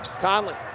Conley